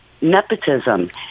nepotism